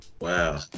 Wow